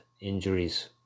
injuries